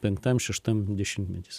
penktam šeštam dešimtmetis